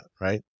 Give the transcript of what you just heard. right